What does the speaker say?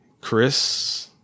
Chris